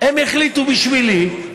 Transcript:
הם החליטו בשבילי.